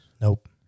Nope